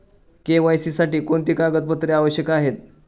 KYC साठी कोणती कागदपत्रे आवश्यक आहेत?